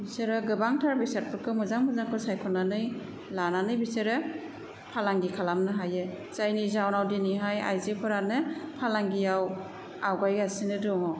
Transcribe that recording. बिसोरो गोबांथार बेसादफोरखौ मोजां मोजांखौ सायख'नानै लानानै बिसोरो फालांगि खालामनो हायो जायनि जाहोनाव दिनैहाय आइजोफोरानो फालांगियाव आवगायगासिनो दङ